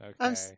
Okay